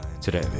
today